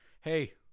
hey